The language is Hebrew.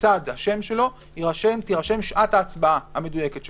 לצד השם שלו תירשם שעת ההצבעה המדויקת שלו.